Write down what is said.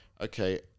okay